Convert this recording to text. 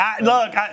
Look